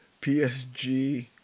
PSG